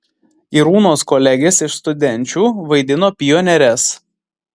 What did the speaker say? irūnos kolegės iš studenčių vaidino pionieres